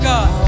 God